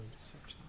search